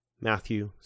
Matthew